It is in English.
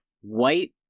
white